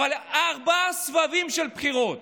אבל ארבעה סבבים של בחירות